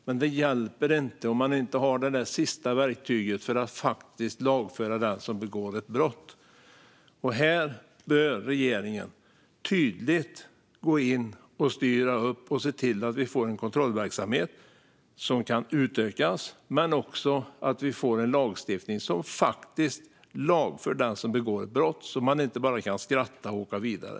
Men det hjälper inte om man inte har det där sista verktyget för att lagföra den som begår ett brott. Detta behöver regeringen tydligt gå in och styra upp för att se till att vi får en kontrollverksamhet som kan utökas, men också att vi får en lagstiftning som gör att den som begår ett brott faktiskt lagförs, så att man inte bara kan skratta och åka vidare.